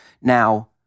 Now